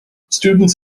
students